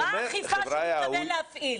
מה האכיפה שהוא מתכוון להפעיל?